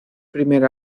primer